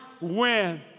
win